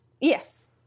Yes